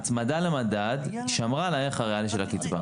ההצמדה למדד שמרה על הערך הריאלי של הקצבה.